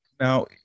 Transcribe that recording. Now